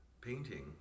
painting